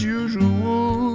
usual